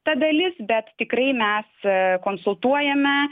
ta dalis bet tikrai mes konsultuojame